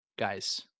guys